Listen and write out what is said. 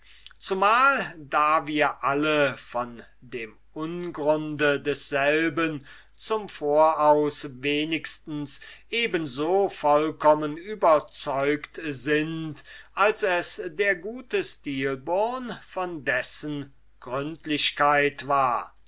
zumal da wir alle von dem ungrund desselben zum voraus wenigstens eben so vollkommen überzeugt sind als es der gute stilbon von dessen gründlichkeit war